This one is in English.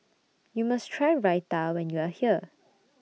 YOU must Try Raita when YOU Are here